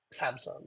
Samsung